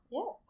Yes